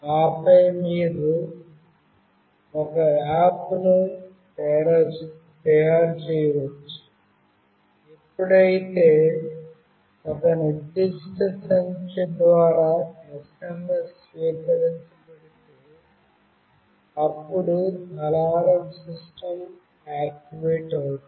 ఆపై మీరు ఒక ఆప్ ను తయారు చేయవచ్చు ఎప్పుడైతే ఒక నిర్దిష్ట సంఖ్య ద్వారా SMS స్వీకరించబడితే అప్పుడు అలారం సిస్టమ్ ఆక్టివేట్ అవుతుంది